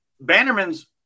Bannerman's